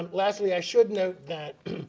um lastly i should note that